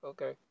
Okay